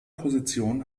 position